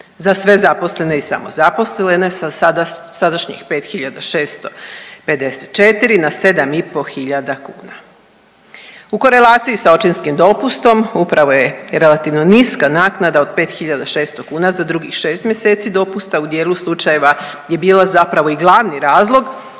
za sve zaposlene i samozaposlene sa sadašnjih 5 654 na 7 500 kuna. U korelaciji sa očinskim dopustom, upravo je relativno niska naknada od 5 600 kuna za drugih 6 mjeseci dopusta u dijelu slučajeva, gdje je bila zapravo i glavni razlog